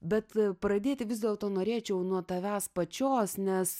bet pradėti vis dėlto norėčiau nuo tavęs pačios nes